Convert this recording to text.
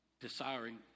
desiring